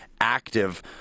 active